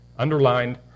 underlined